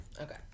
Okay